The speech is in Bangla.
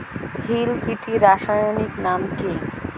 হিল বিটি রাসায়নিক নাম কি?